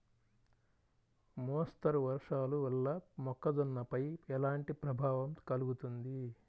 మోస్తరు వర్షాలు వల్ల మొక్కజొన్నపై ఎలాంటి ప్రభావం కలుగుతుంది?